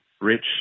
Rich